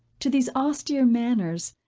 to these austere manners,